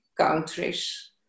countries